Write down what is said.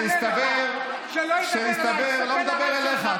שלא ידבר אליי.